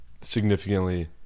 significantly